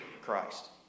Christ